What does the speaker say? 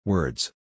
Words